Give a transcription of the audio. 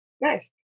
nice